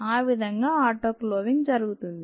ఆ విధంగా ఆటోక్లోవింగ్ జరుగుతుంది